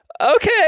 okay